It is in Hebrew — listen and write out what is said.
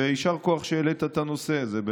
ויישר כוח שהעלית את הנושא הזה.